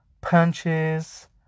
punches